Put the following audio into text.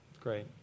Great